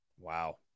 Wow